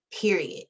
period